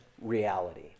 reality